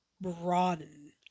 broaden